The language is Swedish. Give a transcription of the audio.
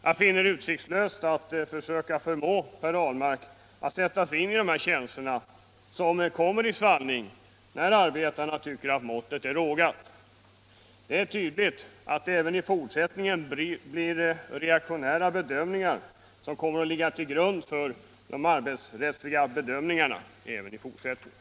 Jag finner det utsiktslöst att försöka förmå Per Ahlmark att sätta sig in i de känslor som kommer i svallning när arbetarna tycker att måttet är rågat. Det är tydligt att det även i fortsättningen blir reaktionära bedömningar som kommer att ligga till grund för de arbetsrättsliga bedömningarna.